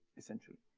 essentially.